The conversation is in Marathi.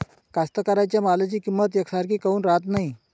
कास्तकाराइच्या मालाची किंमत यकसारखी काऊन राहत नाई?